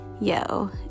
Yo